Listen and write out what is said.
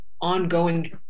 ongoing